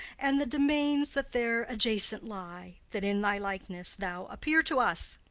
and the demesnes that there adjacent lie, that in thy likeness thou appear to us!